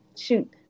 shoot